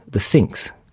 the sinks,